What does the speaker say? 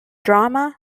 drama